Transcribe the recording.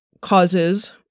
causes